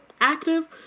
active